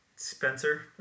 Spencer